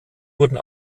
wurden